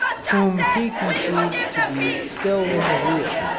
whom he conceived to be still in the rear.